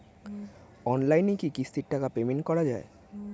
অনলাইনে কি কিস্তির টাকা পেমেন্ট করা যায়?